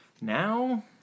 now